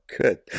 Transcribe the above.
good